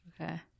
Okay